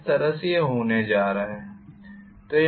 इस तरह से यह होने जा रहा है